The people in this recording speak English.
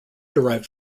derived